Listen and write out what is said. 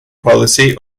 policy